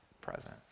presence